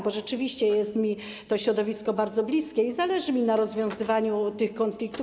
Bo rzeczywiście jest mi to środowisko bardzo bliskie i zależy mi na rozwiązywaniu tych konfliktów.